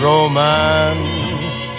Romance